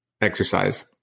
exercise